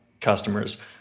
customers